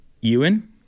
Ewan